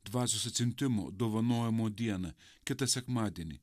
dvasios atsiuntimo dovanojimo dieną kitą sekmadienį